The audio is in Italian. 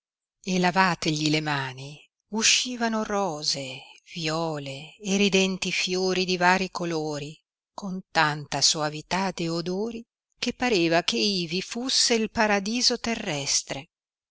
e lavategli le mani uscivano rose viole e ridenti fiori di vari colori con tanta soavità de odori che pareva che ivi fusse il paradiso terreste